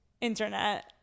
Internet